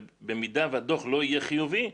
ובמידה והדוח לא יהיה חיובי,